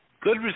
Good